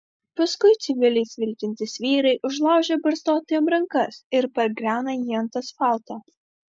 paskui civiliais vilkintys vyrai užlaužia barzdotajam rankas ir pargriauna jį ant asfalto